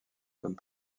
comme